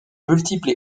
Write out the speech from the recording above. multiples